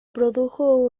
produjo